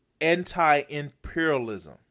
anti-imperialism